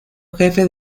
jefe